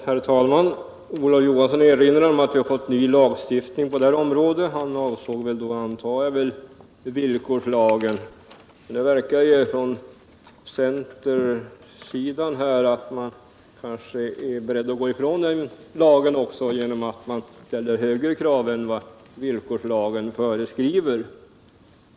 Herr talman! Olof Johansson erinrar om att vi fått en ny lagstiftning på detta område. Jag antar att han avser villkorslagen. Men det verkar ju som om man på centerhåll är beredd att gå ifrån den lagen, eftersom man ställer högre krav än vad villkorslagen föreskriver.